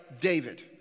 David